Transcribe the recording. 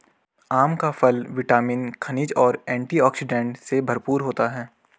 आम का फल विटामिन, खनिज और एंटीऑक्सीडेंट से भरपूर होता है